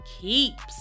keeps